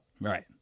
right